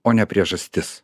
o ne priežastis